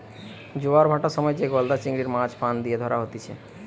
জোয়ার ভাঁটার সময় যে গলদা চিংড়ির, মাছ ফাঁদ লিয়ে ধরা হতিছে